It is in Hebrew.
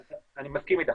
אני מסכים איתך.